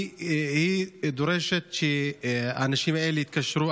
היא דורשת שהאנשים האלה יתקשרו.